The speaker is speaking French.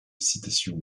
citations